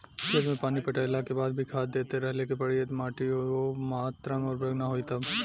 खेत मे पानी पटैला के बाद भी खाद देते रहे के पड़ी यदि माटी ओ मात्रा मे उर्वरक ना होई तब?